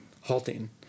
halting